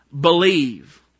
Believe